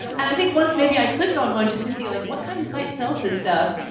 and i think once maybe i clicked on one just to see like what kind of site sells this stuff.